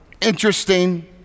Interesting